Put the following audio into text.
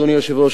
אדוני היושב-ראש,